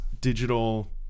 digital